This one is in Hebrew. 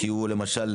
למשל,